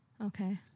Okay